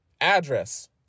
Address